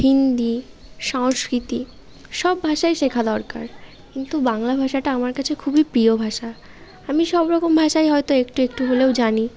হিন্দি সংস্কৃত সব ভাষাই শেখা দরকার কিন্তু বাংলা ভাষাটা আমার কাছে খুবই প্রিয় ভাষা আমি সব রকম ভাষাই হয়তো একটু একটু হলেও জানি